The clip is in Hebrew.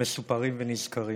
מסופרים ונזכרים.